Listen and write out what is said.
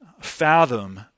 fathom